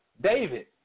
David